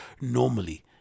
normally